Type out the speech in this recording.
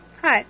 hi